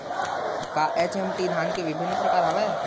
का एच.एम.टी धान के विभिन्र प्रकार हवय?